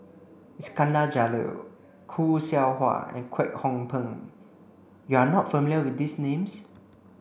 Iskandar Jalil Khoo Seow Hwa and Kwek Hong Png you are not familiar with these names